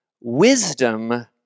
wisdom